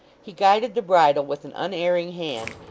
he guided the bridle with an unerring hand,